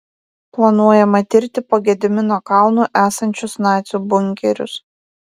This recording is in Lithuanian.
planuojama tirti po gedimino kalnu esančius nacių bunkerius